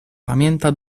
pamięta